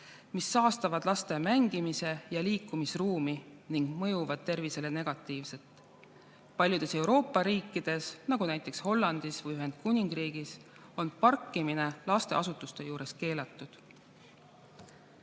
mis saastavad laste mängimis- ja liikumisruumi ning mõjuvad tervisele negatiivselt. Paljudes Euroopa riikides, nagu näiteks Hollandis või Ühendkuningriigis on parkimine lasteasutuste juures keelatud.